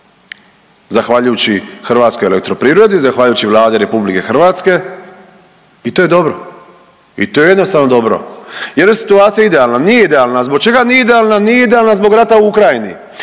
zahvaljujući Hrvatskoj elektroprivredi, zahvaljujući Vladi RH i to je dobro. I to je jednostavno dobro. Jel' nam situacija idealna? Nije idealna. Zbog čega nije idealna? Nije idealna zbog rata u Ukrajini.